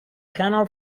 canal